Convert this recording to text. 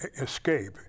escape